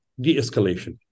de-escalation